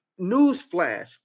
Newsflash